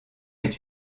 est